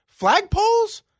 Flagpoles